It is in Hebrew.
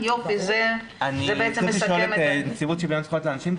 אני צריך לשאול את נציבות שוויון זכויות לאנשים,